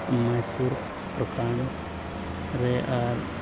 ᱢᱚᱦᱮᱥᱯᱩᱨ ᱯᱨᱚᱠᱷᱚᱸᱰ ᱨᱮ ᱟᱨ